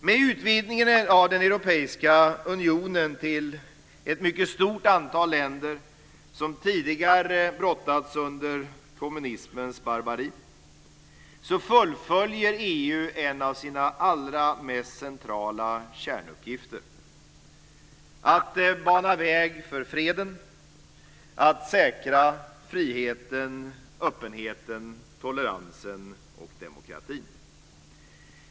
Med utvidgningen av den europeiska unionen till ett mycket stort antal länder som tidigare brottats under kommunismens barbari fullföljer EU en av sina allra mest centrala kärnuppgifter: att bana väg för freden och att säkra friheten, öppenheten, toleransen och demokratin.